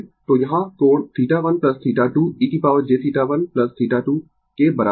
तो यहाँ कोण θ1θ2 e jθ1θ2 के बराबर है